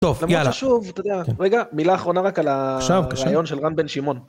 תודה רגע מילה אחרונה רק על הרעיון של רן בן שמעון